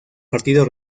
partido